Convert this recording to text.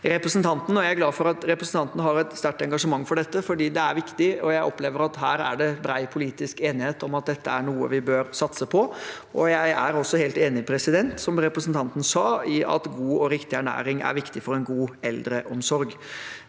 jeg er glad for at representanten har et sterkt engasjement for dette, for det er viktig. Jeg opplever at det er bred politisk enighet om at dette er noe vi bør satse på. Jeg er også helt enig i det som representanten sa, at god og riktig ernæring er viktig for en god eldreomsorg.